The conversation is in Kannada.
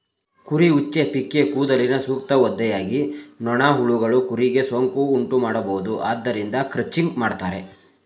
ಕುರಿ ಉಚ್ಚೆ, ಪಿಕ್ಕೇ ಕೂದಲಿನ ಸೂಕ್ತ ಒದ್ದೆಯಾಗಿ ನೊಣ, ಹುಳಗಳು ಕುರಿಗೆ ಸೋಂಕು ಉಂಟುಮಾಡಬೋದು ಆದ್ದರಿಂದ ಕ್ರಚಿಂಗ್ ಮಾಡ್ತರೆ